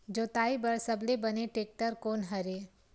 जोताई बर सबले बने टेक्टर कोन हरे?